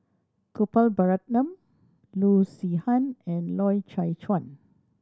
Gopal Baratham Loo Zihan and Loy Chye Chuan